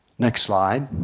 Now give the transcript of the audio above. next slide.